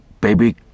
baby